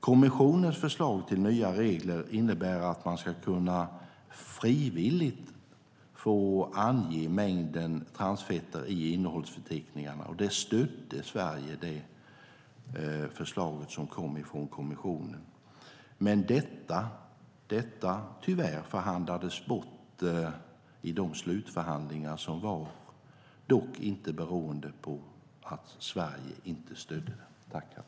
Kommissionens förslag till nya regler innebar att man frivilligt ska kunna få ange mängden transfett i innehållsföreteckningarna, och Sverige stödde det förslaget. Men detta förhandlades tyvärr bort i slutförhandlingarna, dock inte beroende på att Sverige inte stödde det.